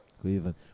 Cleveland